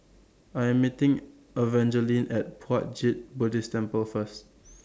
I'm meeting Evangeline At Puat Jit Buddhist Temple First